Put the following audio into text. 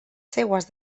seues